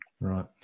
Right